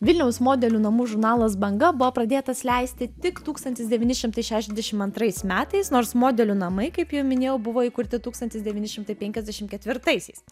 vilniaus modelių namų žurnalas banga buvo pradėtas leisti tik tūkstantis devyni šimtai šešiasdešimt antrais metais nors modelių namai kaip jau minėjau buvo įkurti tūkstantis devyni šimtai penkiasdešimt ketvirtaisiais